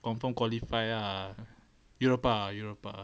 confirm qualify ah europa europa